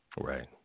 Right